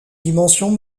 dimensions